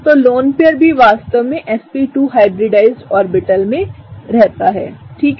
तो lone pair भी वास्तव में sp2 हाइब्रिडाइज्ड ऑर्बिटल्समें रहता हैठीक है